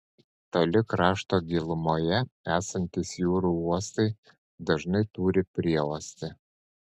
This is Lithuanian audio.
toli krašto gilumoje esantys jūrų uostai dažnai turi prieuostį